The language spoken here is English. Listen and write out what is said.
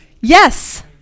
Yes